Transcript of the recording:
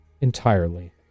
entirely